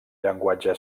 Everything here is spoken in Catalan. llenguatge